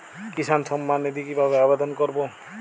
কিষান সম্মাননিধি কিভাবে আবেদন করব?